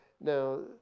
Now